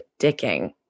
dicking